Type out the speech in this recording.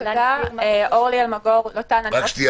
ניתן קודם